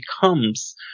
becomes